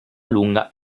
lunga